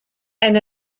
and